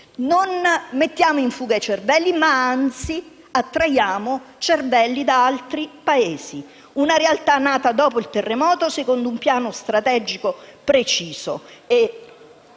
Non mettiamo in fuga i cervelli, ma, anzi, attraiamo cervelli da altri Paesi. Una realtà nata dopo il terremoto secondo un piano strategico preciso.